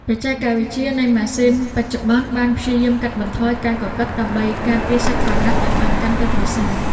បច្ចេកវិទ្យានៃម៉ាស៊ីនបច្ចុប្បន្នបានព្យាយាមកាត់បន្ថយការកកិតដើម្បីការពារសាច់ក្រណាត់ឱ្យបានកាន់តែប្រសើរ។